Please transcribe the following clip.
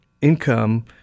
income